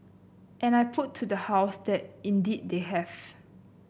and I put to the House that indeed they have